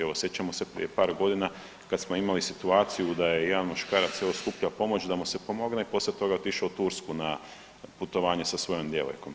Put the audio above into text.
Evo sjećamo se prije par godina kad smo imali situaciju da je jedan muškarac evo skupljao pomoć da mu se pomogne i poslije toga otišao u Tursku na putovanje sa svojom djevojkom.